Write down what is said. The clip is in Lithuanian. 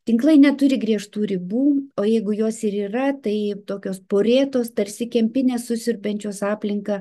tinklai neturi griežtų ribų o jeigu jos ir yra tai tokios porėtos tarsi kempinės susiurbiančios aplinką